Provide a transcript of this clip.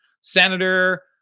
Senator